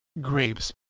grapes